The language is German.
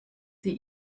sie